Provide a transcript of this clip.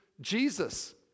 Jesus